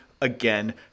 again